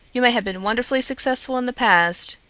you may have been wonderfully successful in the past,